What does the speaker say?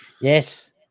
Yes